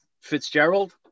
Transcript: Fitzgerald